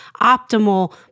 optimal